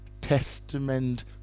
Testament